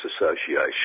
Association